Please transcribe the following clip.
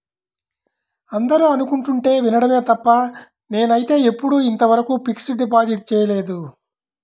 అందరూ అనుకుంటుంటే వినడమే తప్ప నేనైతే ఎప్పుడూ ఇంతవరకు ఫిక్స్డ్ డిపాజిట్ చేయలేదు